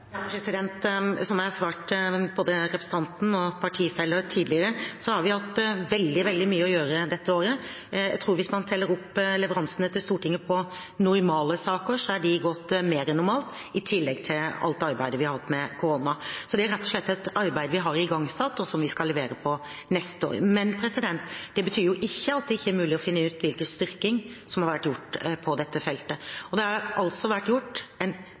Som jeg har svart både representanten og partifeller tidligere, har vi hatt veldig mye å gjøre dette året. Jeg tror at hvis man teller opp leveransene til Stortinget på normale saker, så har de gått mer enn normalt, i tillegg til alt arbeidet vi har hatt med korona. Så det er rett og slett et arbeid vi har igangsatt, og som vi skal levere på neste år. Men det betyr ikke at det ikke er mulig å finne ut hvilken styrking som har vært gjort på dette feltet, og det har altså vært gjort en